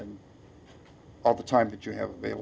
and all the time that you have been